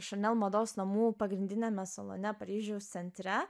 chanel mados namų pagrindiniame salone paryžiaus centre